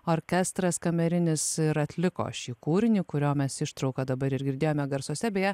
orkestras kamerinis ir atliko šį kūrinį kurio mes ištrauką dabar ir girdėjome garsuose beje